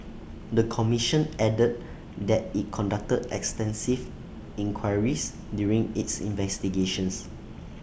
the commission added that IT conducted extensive inquiries during its investigations